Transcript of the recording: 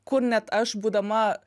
kur net aš būdama